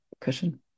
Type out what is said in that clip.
cushion